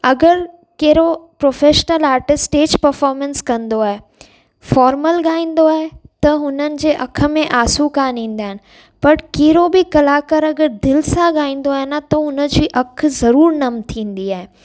अगरि कहिड़ो professional artist stage performance कंदो आहे फ़ॉर्मल ॻाईंदो आहे त हुननि जे अख़ु में आसूं कोन्ह ईंदा आहिनि बट कहिड़ो बि कलाकार अगरि दिलि सां ॻाईंदो आहे न त उनजी अख़ु जरूर नम थींदी आहे